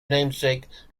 namesake